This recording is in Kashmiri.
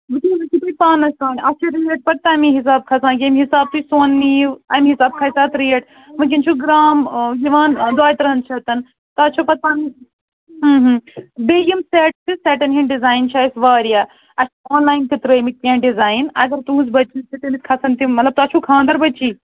وُچھ حظ یہِ چھُو تۄہہِ پانَس تام اَتھ چھَو ریٹ پتہٕ تٔمِی حِساب کھسان ییٚمہِ حِساب تُہۍ سۅن نِیِو أمۍ حِساب کھسہِ اَتھ ریٹ وُنکیٚن چھُو گرام یوان دۄیہِ ترہَن شیٚتَن تۄہہِ چھُو پتہٕ پَنٕنۍ بیٚیہِ یِم سیٚٹ چھِ سیٚٹَن ہٕنٛدۍ ڈِزایِن چھِ اَسہِ واریاہ اَسہِ چھِ آن لایَن تہِ ترٛٲوِمِتۍ کیٚنٛہہ ڈِزایِن اگر تُہٕنٛز بچی یِتھٕ کٔنۍ تٔمِس کھسَن تِم مطلب تۄہہِ چھُو خانٛدر بچی